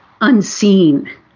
unseen